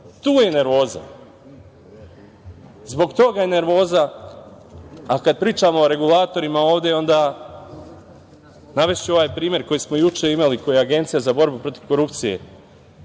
Tu je nervoza. Zbog toga nervoza. Kada pričamo o regulatorima ovde onda, navešću primer koji smo juče imali, koji je Agencija za borbu protiv korupcije,